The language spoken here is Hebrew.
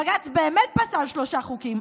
בג"ץ באמת פסל שלושה חוקים,